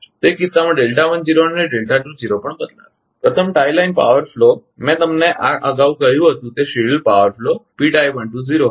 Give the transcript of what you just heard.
તે કિસ્સામાં અને પણ બદલાશે પ્રથમ ટાઇ લાઇન પાવર ફ્લો મેં તમને આ અગાઉ કહ્યું હતું તે શેડ્યૂલ પાવર ફ્લો હતો